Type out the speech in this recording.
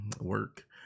work